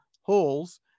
holes